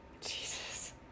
Jesus